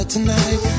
Tonight